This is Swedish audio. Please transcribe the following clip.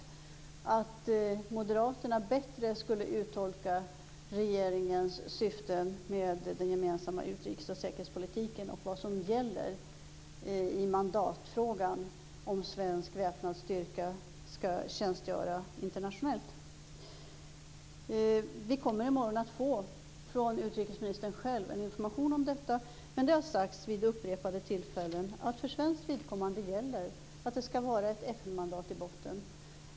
Han påstår att Moderaterna bättre skulle uttolka regeringens syften med den gemensamma utrikes och säkerhetspolitiken och vad som gäller i mandatfrågan om svensk väpnad styrka skall tjänstgöra internationellt. I morgon kommer vi att få en information om detta från utrikesministern själv. Det har sagts vid upprepade tillfällen att för svenskt vidkommande gäller att det skall vara ett FN-mandat i botten.